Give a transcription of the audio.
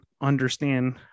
understand